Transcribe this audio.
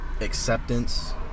acceptance